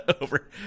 over